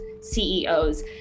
CEOs